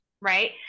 right